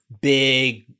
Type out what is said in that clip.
big